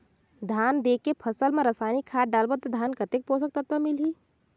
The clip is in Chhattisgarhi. धान देंके फसल मा रसायनिक खाद डालबो ता धान कतेक पोषक तत्व मिलही?